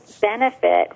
benefit